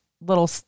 little